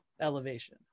elevation